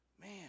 man